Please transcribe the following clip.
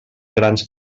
grans